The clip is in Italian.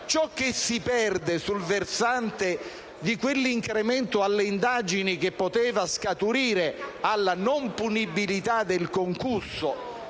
ciò che si perde sul versante di quell'incremento alle indagini che poteva scaturire dalla non punibilità del concusso